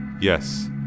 Yes